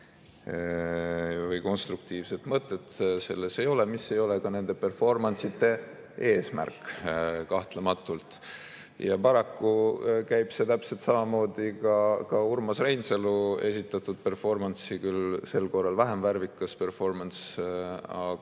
või konstruktiivset mõtet selles ei ole – mis ei ole ka nendeperformance'ite eesmärk kahtlemata. Ja paraku käib see täpselt samamoodi ka Urmas Reinsalu esitatudperformance'i [kohta] – küll sel korral vähem värvikasperformance,